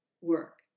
work